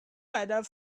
weather